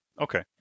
okay